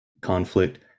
conflict